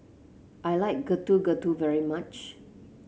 I like Getuk Getuk very much